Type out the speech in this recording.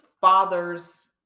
Fathers